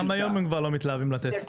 גם היום הם כבר לא מתלהבים לתת.